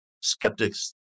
skeptics